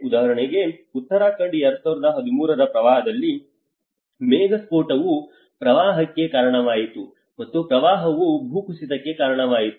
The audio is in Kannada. ಉದಾಹರಣೆಗೆ ಉತ್ತರಾಖಂಡ 2013 ರ ಪ್ರವಾಹದಲ್ಲಿ ಮೇಘಸ್ಫೋಟವು ಪ್ರವಾಹಕ್ಕೆ ಕಾರಣವಾಯಿತು ಮತ್ತು ಪ್ರವಾಹವು ಭೂಕುಸಿತಕ್ಕೆ ಕಾರಣವಾಯಿತು